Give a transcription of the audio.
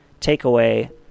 takeaway